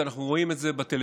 כי אנחנו רואים את זה בטלוויזיה,